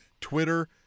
Twitter